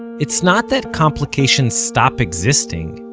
it's not that complications stop existing.